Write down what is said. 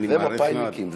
זה מפא"יניקים,